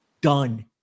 Done